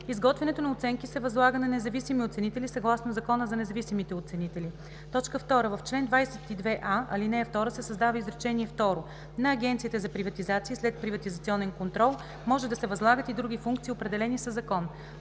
Изготвянето на оценки се възлага на независими оценители съгласно Закона за независимите оценители.” 2. В чл. 22а, ал. 2 се създава изречение второ: „На Агенцията за приватизация и следприватизационен контрол може да се възлагат и други функции, определени със закон.“